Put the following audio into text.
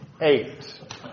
Eight